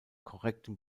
korrekten